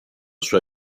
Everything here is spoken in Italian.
sua